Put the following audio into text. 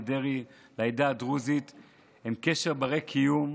דרעי לעדה הדרוזית הוא קשר בר-קיום,